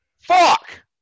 Fuck